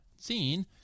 seen